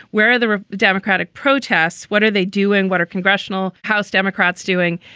where are the democratic protests? what are they doing? what are congressional house democrats doing?